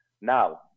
Now